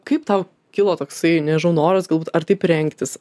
kaip tau kilo toksai nežinau noras galbūt ar taip rengtis